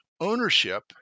ownership